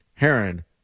heron